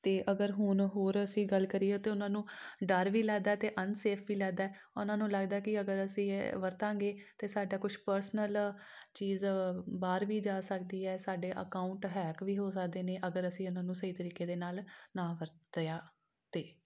ਅਤੇ ਅਗਰ ਹੁਣ ਹੋਰ ਅਸੀਂ ਗੱਲ ਕਰੀਏ ਤਾਂ ਉਹਨਾਂ ਨੂੰ ਡਰ ਵੀ ਲੱਗਦਾ ਅਤੇ ਅਨਸੇਫ ਵੀ ਲੱਗਦਾ ਉਹਨਾਂ ਨੂੰ ਲੱਗਦਾ ਕਿ ਅਗਰ ਅਸੀਂ ਇਹ ਵਰਤਾਂਗੇ ਤਾਂ ਸਾਡਾ ਕੁਛ ਪਰਸਨਲ ਚੀਜ਼ ਬਾਹਰ ਵੀ ਜਾ ਸਕਦੀ ਹੈ ਸਾਡੇ ਅਕਾਊਂਟ ਹੈਕ ਵੀ ਹੋ ਸਕਦੇ ਨੇ ਅਗਰ ਅਸੀਂ ਇਹਨਾਂ ਨੂੰ ਸਹੀ ਤਰੀਕੇ ਦੇ ਨਾਲ ਨਾ ਵਰਤਿਆ ਤਾਂ